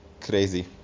Crazy